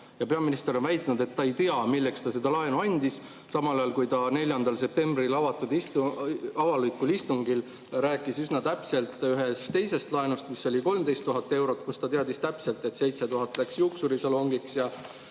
Peaminister on väitnud, et ta ei tea, milleks ta selle laenu andis, samas kui ta 4. septembri avalikul istungil rääkis üsna täpselt ühest teisest laenust – 13 000 eurot –, mille puhul ta teadis täpselt, et 7000 läks juuksurisalongiks